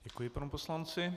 Děkuji panu poslanci.